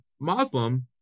Muslim